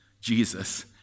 Jesus